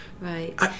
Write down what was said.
Right